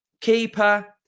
keeper